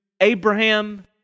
Abraham